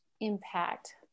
impact